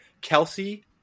Kelsey